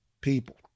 people